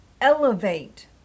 elevate